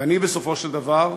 ואני, בסופו של דבר,